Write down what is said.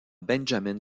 benjamin